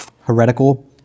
heretical